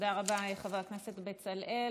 תודה רבה, חבר הכנסת בצלאל.